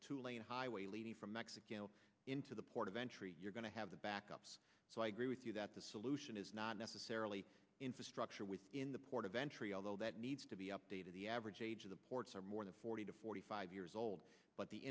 a two lane highway leading from mexico into the port of entry you're going to have the backups so i agree with you that the solution is not necessarily infrastructure within the port of entry although that needs to be updated the average age of the ports are more than forty to forty five years old but the